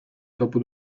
dopo